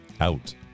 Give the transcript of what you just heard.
Out